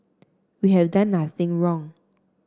we have done nothing wrong